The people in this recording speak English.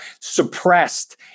suppressed